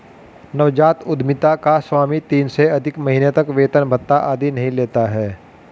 नवजात उधमिता का स्वामी तीन से अधिक महीने तक वेतन भत्ता आदि नहीं लेता है